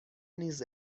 نیز